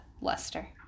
Lester